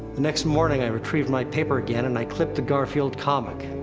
next morning, i retrieved my paper again, and i clipped the garfield comic.